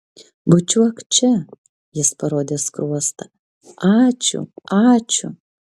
bučiuok čia jis parodė skruostą ačiū ačiū